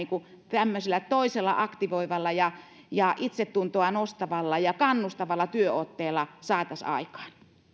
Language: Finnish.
tämmöisellä toisella aktivoivalla ja ja itsetuntoa nostavalla ja kannustavalla työotteella saataisiin aikaan